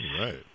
right